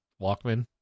Walkman